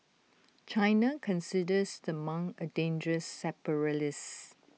China considers the monk A dangerous separatist